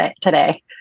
today